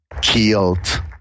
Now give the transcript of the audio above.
killed